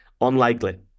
Unlikely